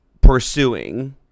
pursuing